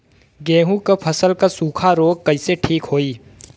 गेहूँक फसल क सूखा ऱोग कईसे ठीक होई?